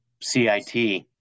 CIT